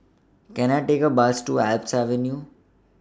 Can I Take A Bus to Alps Avenue